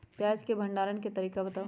प्याज के भंडारण के तरीका बताऊ?